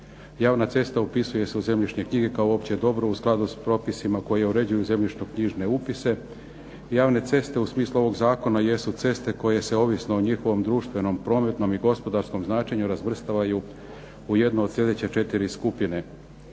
Javna cesta upisuje se u zemljišne knjige kao opće dobro u skladu s propisima koji uređuju zemljišno-knjižne upise. Javne ceste u smislu ovog zakona jesu ceste koje se ovisno o njihovom društvenom, prometnom i gospodarskom značenju razvrstavaju u jednu od sljedeće četiri skupine: